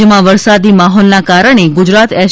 રાજ્યમાં વરસાદી માહોલના કારણે ગુજરાત એસ